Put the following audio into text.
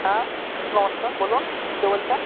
হ্যাঁ নমস্কার বলুন কে বলছেন